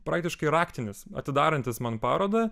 praktiškai raktinis atidarantis man parodą